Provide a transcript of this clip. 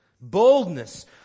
Boldness